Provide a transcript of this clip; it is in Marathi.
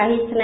काहीच नाही